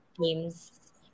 teams